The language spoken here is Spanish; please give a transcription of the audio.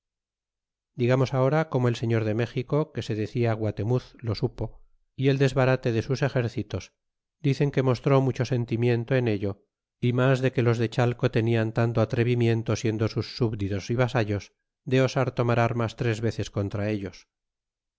digamos ahora como el señor de méxico que se decia guatemuz lo supo y el desbarate de sus exércitos dicen que mostró mucho sentimiento de ello y mas de que los de chateo tenian tanto atrevimiento siendo sus súbditos y vasallos de osar tomar armas tres veces contra ellos